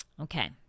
Okay